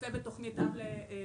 צוות תכנית אב למטענים,